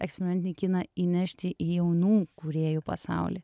eksperimentinį kiną įnešti į jaunų kūrėjų pasaulį